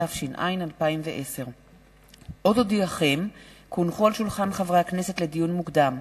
התש"ע 2010. לדיון מוקדם: